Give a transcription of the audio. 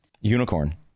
Unicorn